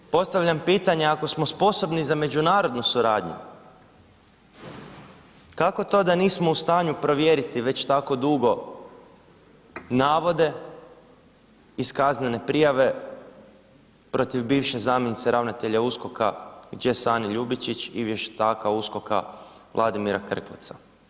I na kraju postavljam pitanje ako smo sposobni za međunarodnu suradnju, kako to da nismo u stanju provjeriti već tako dugo navode iz kaznene prijave protiv bivše zamjenice ravnatelja USKOK-a Sani Ljubičić i vještaka USKOK-a Vladimira Krkleca.